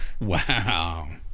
Wow